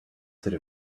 state